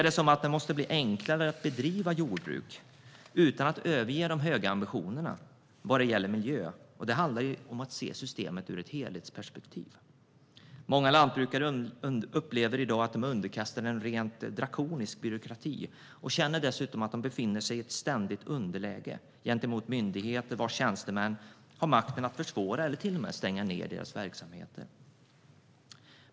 Det måste bli enklare att bedriva jordbruk utan att överge de höga ambitionerna vad gäller miljö. Det handlar om att se systemet ur ett helhetsperspektiv. Många lantbrukare upplever att de är underkastade en rent drakonisk byråkrati och känner dessutom att de befinner sig i ständigt underläge gentemot myndigheter, vars tjänstemän har makten att försvåra eller till och med stänga deras verksamhet.